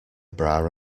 bra